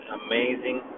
amazing